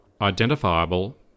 identifiable